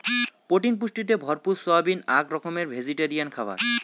protein পুষ্টিতে ভরপুর soybean আক রকমের ভেজিটেরিয়ান খাবার